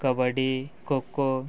kabaddi kho kho